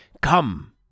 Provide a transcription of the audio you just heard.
come